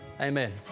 amen